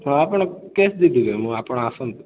ହଁ ଆପଣ କ୍ୟାସ୍ ଦେଇଦେବି ମୁଁ ଆପଣ ଆସନ୍ତୁ